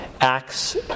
acts